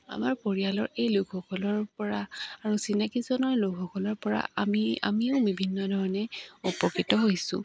আমাৰ পৰিয়ালৰ এই লোকসকলৰ পৰা আৰু চিনাকিজনৰ লোকসকলৰ পৰা আমি আমিও বিভিন্ন ধৰণে উপকৃত হৈছোঁ